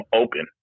open